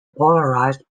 polarized